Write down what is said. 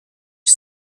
ich